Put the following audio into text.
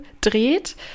dreht